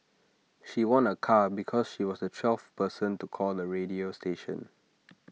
she won A car because she was the twelfth person to call the radio station